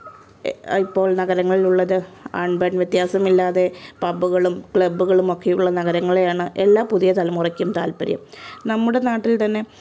ഇപ്പോൾ നഗരങ്ങളിലുള്ളത് ആൺ പെൺ വ്യത്യാസമില്ലാതെ പബ്ബുകളും ക്ലബ്ബുകളും ഒക്കെയുള്ള നഗരങ്ങളെയാണ് എല്ലാ പുതിയ തലമുറയ്ക്കും താൽപര്യം നമ്മുടെ നാട്ടിൽ തന്നെ